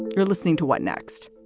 you're listening to what next.